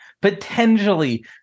potentially